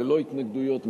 ללא התנגדויות,